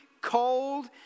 cold